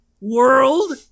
world